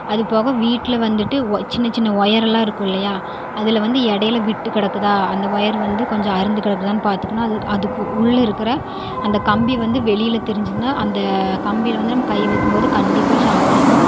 அதுபோக வீட்டில் வந்துவிட்டு சின்ன சின்ன ஓயரெல்லாம் இருக்கும் இல்லையா அதில் வந்து இடைல விட்டு கிடக்குதா அந்த ஒயர் வந்து கொஞ்சம் அறுந்து கிடக்குதா பார்த்துக்கணும் அது அதுக்கு உள்ளிருக்கிற அந்த கம்பி வந்து வெளியில் தெரிஞ்சுதுன்னா அந்த கம்பியில் வந்து நம்ம கை வைக்கும்போது கண்டிப்பாக ஷாக் அடிக்கும்